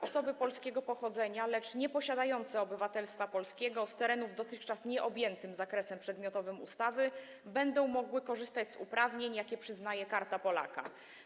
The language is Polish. Osoby polskiego pochodzenia, które nie posiadają obywatelstwa polskiego, z terenów dotychczas nieobjętych zakresem przedmiotowym ustawy będą mogły korzystać z uprawnień, jakie daje Karta Polaka.